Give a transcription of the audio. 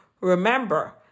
Remember